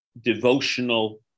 devotional